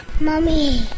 Mommy